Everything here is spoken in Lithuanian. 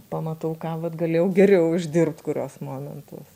pamatau ką vat galėjau geriau išdirbt kuriuos momentus